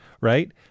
Right